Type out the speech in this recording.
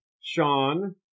Sean